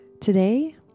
Today